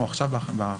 אנחנו עכשיו בהכנה.